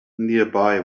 nearby